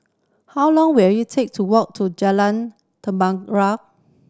how long will it take to walk to Jalan